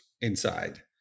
inside